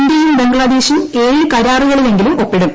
ഇന്തൃയും ബഗ്ലാദേശും ഏഴ് കരാറുകളിലെങ്കിലും ഒപ്പിടും